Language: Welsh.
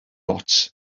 ots